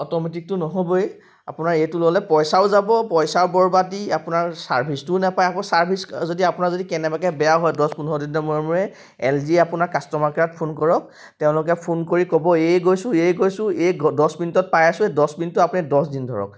অ'টোমেটিকটো নহ'বই আপোনাৰ এইটো ল'লে পইচাও যাব পইচাও বৰবাদি আপোনাৰ ছাৰ্ভিচটোও নাপায় আকৌ ছাৰ্ভিচ যদি আপোনাৰ যদি কেনেবাকৈ বেয়া হয় দছ পোন্ধৰ দিনৰ মূৰে মূৰে এল জি আপোনাৰ কাষ্ট'মাৰ কেয়াৰত ফোন কৰক তেওঁলোকে ফোন কৰি ক'ব এই গৈছোঁ এ গৈছোঁ এই দছ মিনিটত পাই আছোঁ এই দছ মিনিতটো আপুনি দহ দিন ধৰক